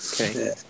Okay